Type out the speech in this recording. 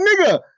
nigga